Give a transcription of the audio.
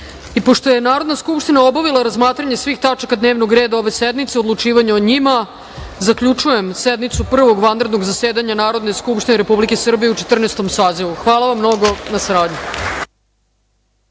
radu. Pošto je Narodna skupština obavila razmatranje svih tačaka dnevnog reda ove sednice i odlučivanje o njima, zaključujem sednicu Prvog vanrednog zasedanja Narodne skupštine Republike Srbije u Četrnaestom sazivu. Hvala vam mnogo na saradnji.